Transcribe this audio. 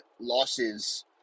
losses